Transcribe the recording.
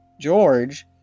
george